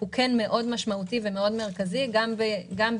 כן משמעותי מאוד ומרכזי מאוד גם בייצוא,